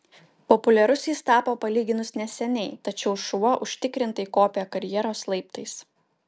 populiarus jis tapo palyginus neseniai tačiau šuo užtikrintai kopia karjeros laiptais